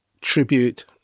tribute